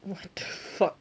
what the fuck